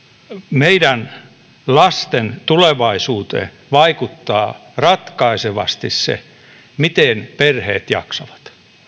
meidän lasten tulevaisuuteen vaikuttaa ratkaisevasti se miten perheet jaksavat